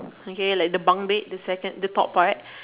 okay like the bunk bed the second the top part